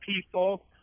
people